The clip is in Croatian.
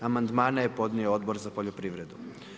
Amandmane je podnio Odbor za poljoprivredu.